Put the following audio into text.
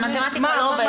המתמטיקה לא עובדת ככה,